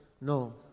no